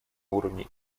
уровне